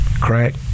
Crack